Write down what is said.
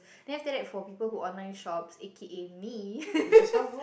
then after that for people who online shops A_K_A me